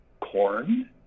corn